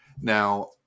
Now